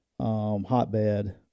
Hotbed